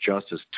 Justice